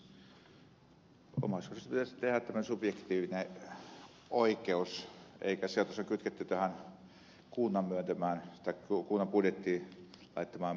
omaishoidon tuesta pitäisi tehdä tämmöinen subjektiivinen oikeus eikä niin että tuki on kytketty siihen määrärahaan jonka kunta on budjettiin laittanut niin kuin tässä ed